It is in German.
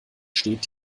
steht